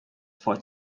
for